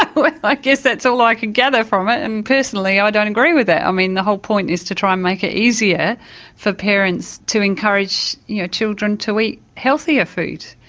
i but but guess that's all i could gather from it, and personally i don't agree with that. i mean the whole point is to try and make it easier for parents to encourage you know children to eat healthier food.